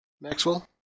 Maxwell